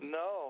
no